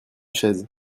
chaise